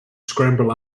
scramble